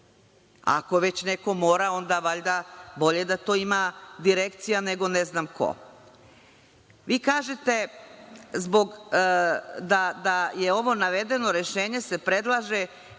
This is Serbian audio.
Ako već neko mora, onda valjda bolje da to ima direkcija nego ne znam ko. Vi kažete da se ovo navedeno rešenje se predlaže